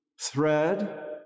thread